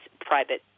private